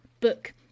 book